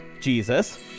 Jesus